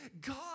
God